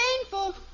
painful